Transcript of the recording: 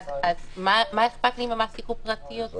אז מה אכפת לי אם המעסיק הוא פרטי או ציבורי?